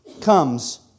comes